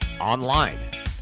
online